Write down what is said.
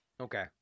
Okay